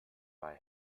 bei